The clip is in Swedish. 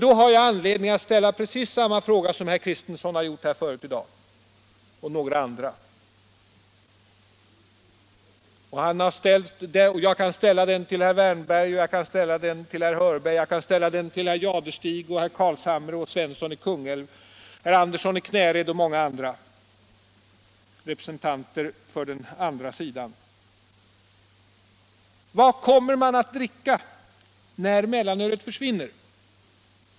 Jag har då anledning att ställa precis samma fråga som herr Kristenson m.fl. har ställt här förut i dag — jag kan ställa den till herr Wärnberg, till herr Hörberg, till herr Jadestig, till herr Carlshamre, till herr Svensson i Kungälv, till herr Andersson i Knäred och många andra representanter för den motsatta sidan: Vad kommer man att dricka när mellanölet försvinner?